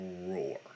roar